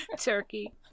Turkey